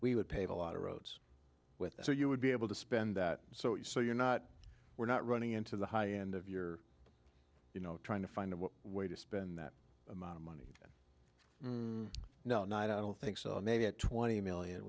we would pave a lot of roads with that so you would be able to spend that so you so you're not we're not running into the high end of your you know trying to find a way to spend that amount of money no no i don't think so maybe at twenty million